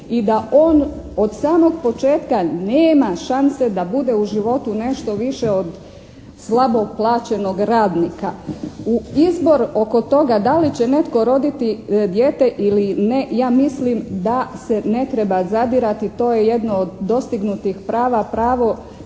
i da on od samog početka nema šanse da bude u životu nešto više od slabo plaćenog radnika. U izbor oko toga da li će netko roditi dijete ili ne ja mislim da se ne treba zadirati, to je jedno od dostignutih prava, pravo